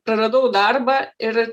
praradau darbą ir